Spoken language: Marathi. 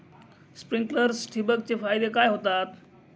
स्प्रिंकलर्स ठिबक चे फायदे काय होतात?